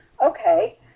Okay